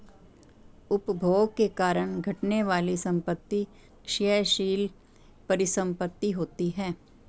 उपभोग के कारण घटने वाली संपत्ति क्षयशील परिसंपत्ति होती हैं